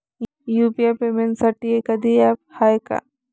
UPI payment करासाठी एखांद app हाय का?